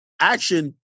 action